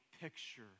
picture